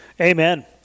Amen